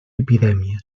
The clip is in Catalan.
epidèmia